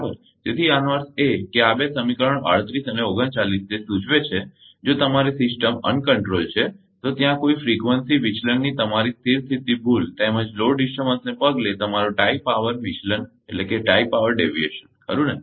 તેથી આનો અર્થ એ કે આ બે સમીકરણો 38 અને 39 તે સૂચવે છે કે જો તમારી સિસ્ટમ અનિયંત્રિત છે તો ત્યાં ફ્રીક્વન્સી વિચલનની તમારી સ્થિર સ્થિતી ભૂલ તેમજ લોડ ડિસ્ટર્બન્સને પગલે તમારો ટાઇ પાવર વિચલન ખરુ ને